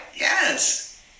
Yes